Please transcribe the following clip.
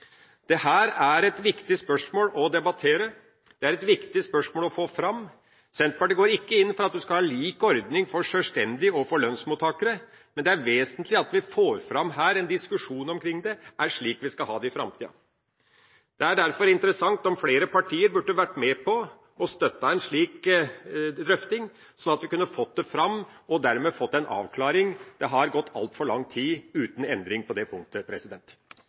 er et viktig spørsmål å debattere, det er et viktig spørsmål å få fram. Senterpartiet går ikke inn for at man skal ha lik ordning for sjølstendig næringsdrivende og lønnsmottakere, men det er vesentlig at vi her får fram en diskusjon omkring det – er det sånn vi skal ha det i framtida? Det er derfor interessant om flere partier burde vært med på å støtte en slik drøfting, sånn at vi kunne fått det fram og dermed fått en avklaring. Det har gått altfor lang tid uten endring på det punktet.